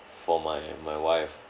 for my my wife